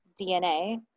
DNA